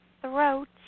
throat